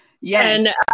Yes